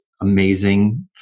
amazing